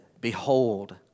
Behold